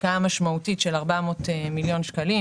השקעה משמעותית של 400 מיליון שקלים,